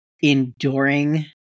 enduring